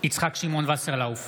יצחק שמעון וסרלאוף,